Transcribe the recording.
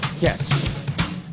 yes